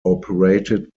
operated